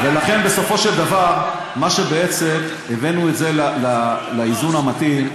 לכן, בסופו של דבר הבאנו את זה לאיזון המתאים.